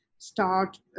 start